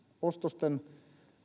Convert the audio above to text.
ostosten